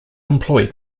employ